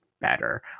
better